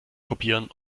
kopieren